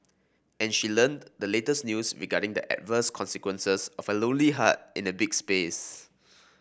and she learnt the latest news regarding the adverse consequences of a lonely heart in a big space